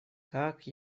как